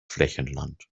flächenland